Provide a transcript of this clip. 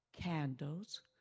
candles